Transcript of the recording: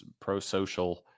pro-social